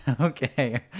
Okay